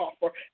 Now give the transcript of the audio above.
offer